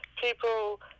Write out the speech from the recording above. people